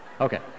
Okay